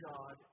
God